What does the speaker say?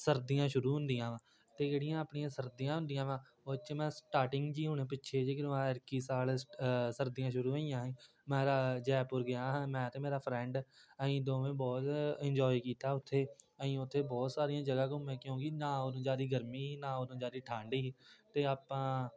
ਸਰਦੀਆਂ ਸ਼ੁਰੂ ਹੁੰਦੀਆਂ ਵਾ ਅਤੇ ਜਿਹੜੀਆਂ ਆਪਣੀਆਂ ਸਰਦੀਆਂ ਹੁੰਦੀਆਂ ਵਾ ਉਹ 'ਚ ਮੈਂ ਸਟਾਰਟਿੰਗ 'ਚ ਹੀ ਹੁਣ ਪਿੱਛੇ ਜਿਹੇ ਜਦੋਂ ਐਤਕੀ ਸਾਲ ਸਰਦੀਆਂ ਸ਼ੁਰੂ ਹੋਈਆਂ ਸੀ ਮੈਂ ਤਾਂ ਜੈਪੁਰ ਗਿਆ ਹਾਂ ਮੈਂ ਅਤੇ ਮੇਰਾ ਫਰੈਂਡ ਅਸੀਂ ਦੋਵੇਂ ਬਹੁਤ ਇੰਜੋਏ ਕੀਤਾ ਉੱਥੇ ਅਸੀਂ ਉੱਥੇ ਬਹੁਤ ਸਾਰੀਆਂ ਜਗ੍ਹਾ ਘੁੰਮੇ ਕਿਉਂਕਿ ਨਾ ਉਦੋਂ ਜ਼ਿਆਦਾ ਗਰਮੀ ਸੀ ਨਾ ਉਦੋਂ ਜ਼ਿਆਦਾ ਠੰਡ ਸੀ ਅਤੇ ਆਪਾਂ